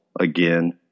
again